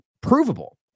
provable